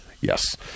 Yes